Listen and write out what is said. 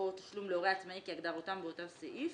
תשלום להורה עצמאי כהגדרתם באותו סעיף